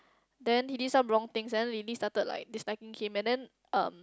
then he did some wrong things and then Lily started like disliking him and then um